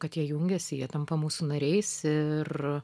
kad jie jungiasi jie tampa mūsų nariais ir